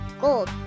Gold